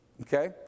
Okay